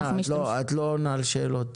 את לא עונה על השאלות.